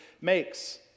makes